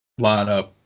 lineup